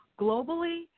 Globally